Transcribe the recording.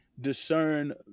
discern